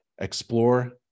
Explore